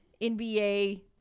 NBA